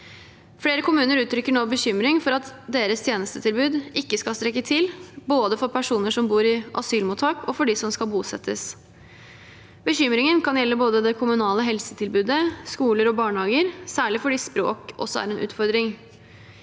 Flere kommuner uttrykker nå bekymring for at deres tjenestetilbud ikke skal strekke til, verken for personer som bor i asylmottak eller for dem som skal bosettes. Bekymringen kan gjelde både det kommunale helsetilbudet, skoler og barnehager, særlig fordi språk også er en utfordring.